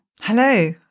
Hello